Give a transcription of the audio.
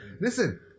Listen